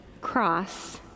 cross